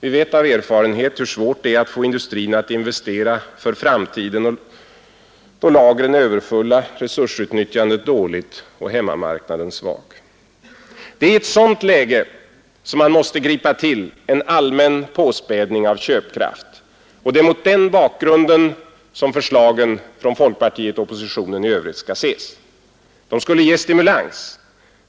Vi vet av erfarenhet hur svårt det är att få industrin att investera för framtiden då lagren är överfulla, resursutnyttjandet dåligt och hemmamarknaden svag. Det är i ett sådant läge som man måste tillgripa en allmän påspädning av köpkraften. Det är mot den bakgrunden som förslagen från folkpartiet och oppositionen i övrigt skall ses. De skulle ge stimulans.